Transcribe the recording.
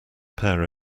pair